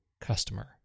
customer